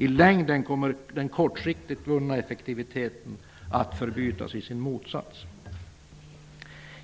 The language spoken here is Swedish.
I längden kommer den kortsiktigt vunna effektiviteten att förbytas i sin motsats.